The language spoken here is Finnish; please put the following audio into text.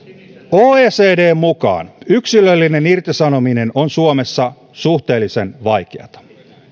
oecdn mukaan yksilöllinen irtisanominen on suomessa suhteellisen vaikeata